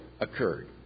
occurred